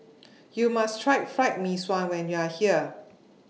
YOU must Try Fried Mee Sua when YOU Are here